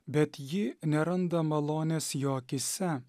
bet ji neranda malonės jo akyse